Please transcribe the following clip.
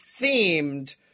themed